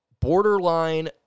borderline